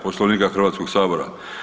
Poslovnika Hrvatskoga sabora.